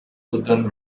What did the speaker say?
button